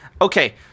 Okay